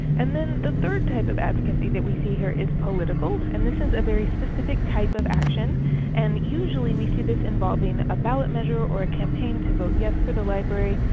and then the third type of advocacy we see here is political. and this is a very specific type of action and usually we see this involving a ballot measure or a campaign to vote yes for the library.